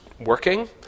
working